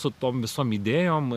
su tom visom idėjom